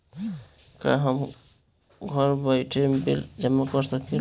का हम घर बइठे बिल जमा कर शकिला?